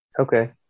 Okay